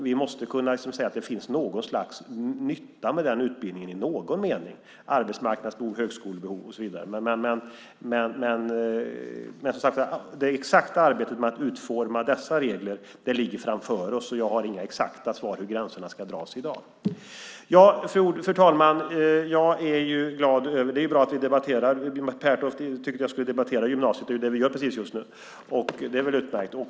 Vi måste kunna se att det finns något slags nytta med utbildningen i någon mening - arbetsmarknadsbehov, högskolebehov och så vidare. Men det exakta arbetet med att utforma dessa regler ligger framför oss. Jag har inga exakta svar på hur gränserna ska dras i dag. Fru talman! Det är bra att vi debatterar. Jag är glad över det. Pertoft tyckte att jag skulle debattera gymnasiet, och det är ju precis det vi gör just nu. Det är utmärkt.